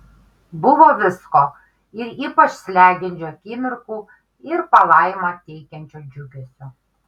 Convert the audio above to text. buvo visko ir ypač slegiančių akimirkų ir palaimą teikiančio džiugesio